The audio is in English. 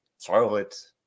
charlotte